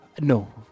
No